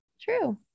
true